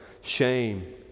shame